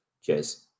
Cheers